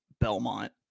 Belmont